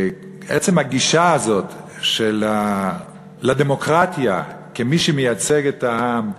עצם הגישה הזאת לדמוקרטיה כמי שמייצגת את העם,